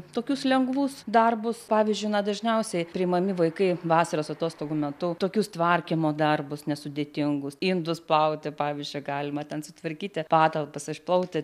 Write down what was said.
tokius lengvus darbus pavyzdžiui na dažniausiai priimami vaikai vasaros atostogų metu tokius tvarkymo darbus nesudėtingus indus plauti pavyzdžiui galima ten sutvarkyti patalpas išplauti